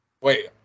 Wait